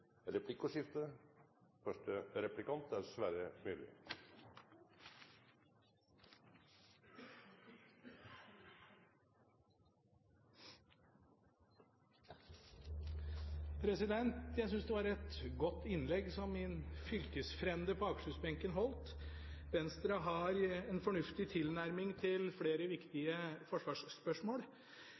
replikkordskifte. Jeg synes det var et godt innlegg som min fylkesfrende på Akershus-benken holdt. Venstre har en fornuftig tilnærming til flere viktige forsvarsspørsmål.